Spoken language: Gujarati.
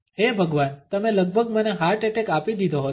હે ભગવાન તમે લગભગ મને હાર્ટ એટેક આપીદીધો હતો